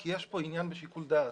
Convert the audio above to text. כי יש פה עניין בשיקול דעת.